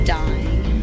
dying